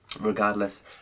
Regardless